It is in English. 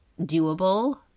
doable